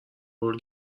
قول